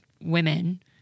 women